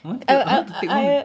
I want to I want to take one